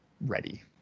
ready